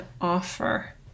offer